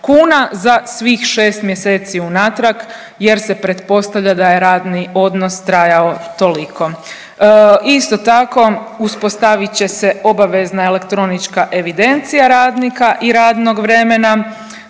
za svih 6 mjeseci unatrag jer se pretpostavlja da je radni odnos trajao toliko. Isto tako, uspostavit će se obavezna elektronička evidencija radnika i radnog vremena,